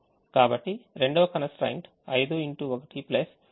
కాబట్టి రెండవ constraint 5X1 2X2 ఇది ≥ 10